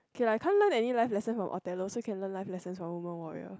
k lah you can't learn any life lesson from Othello so you can learn life lessons from woman-warrior